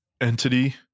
entity